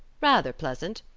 rather pleasant,